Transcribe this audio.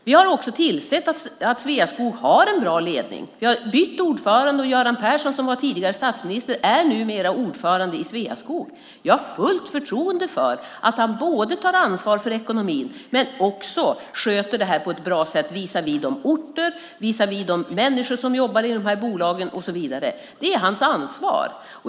Vi har också sett till att Sveaskog har en bra ledning. Vi har bytt ordförande. Göran Persson, tidigare statsminister, är numera ordförande i Sveaskog. Jag har fullt förtroende för att han både tar ansvar för ekonomin och sköter det här på ett bra sätt visavi orterna och människorna som jobbar i bolagen och så vidare. Det är hans ansvar.